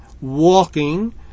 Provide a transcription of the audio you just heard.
walking